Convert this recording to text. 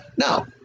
No